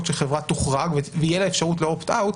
שחברה תוחרג ותהיה לה אפשרות opt out,